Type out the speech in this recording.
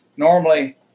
Normally